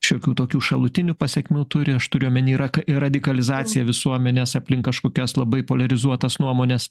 šiokių tokių šalutinių pasekmių turi aš turiu omeny rak radikalizaciją visuomenės aplink kažkokias labai poliarizuotas nuomones